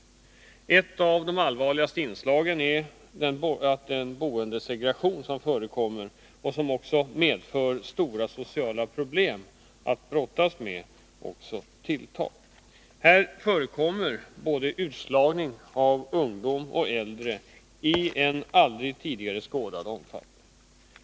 Ett av de allvarligaste inslagen är den boendesegregation som förekommer, som medför stora sociala problem att brottas med och som tilltar. Här förekommer utslagning av både ungdom och äldre i en aldrig tidigare skådad omfattning.